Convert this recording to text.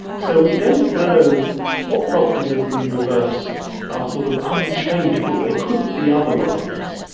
so we don't know what properties of the universe are sort of unchangeable, they couldn't be otherwise,